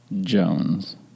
Jones